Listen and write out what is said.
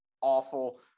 awful